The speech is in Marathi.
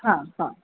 हां हां